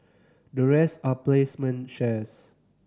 the rest are placement shares